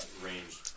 range